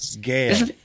Gail